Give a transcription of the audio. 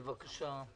בבקשה.